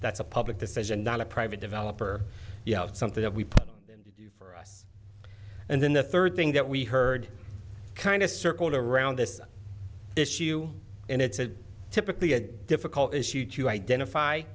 that's a public decision not a private developer something that we play for us and then the third thing that we heard kind of circled around this issue and it's a typically a difficult issue to identify